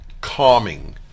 calming